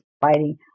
fighting